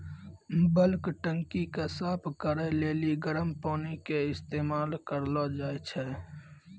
bulk टंकी के साफ करै लेली गरम पानी के इस्तेमाल करलो जाय छै